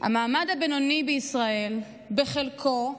המעמד הבינוני בישראל, בחלקו,